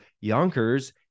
Yonkers